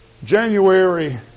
January